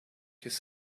his